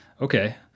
okay